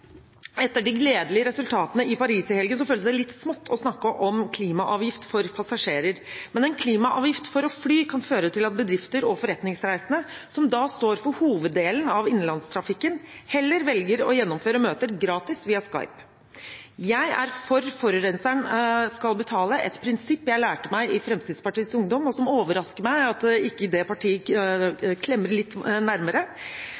Etter de gledelige resultatene i Paris i helgen føles det litt smått å snakke om klimaavgift for passasjerer. Men en klimaavgift for å fly kan føre til at bedrifter og forretningsreisende, som står for hoveddelen av innenlandstrafikken, heller velger å gjennomføre møter gratis via Skype. Jeg er for at forurenseren skal betale – et prinsipp jeg lærte meg i Fremskrittspartiets Ungdom, og som det overrasker meg at ikke det partiet klemmer litt nærmere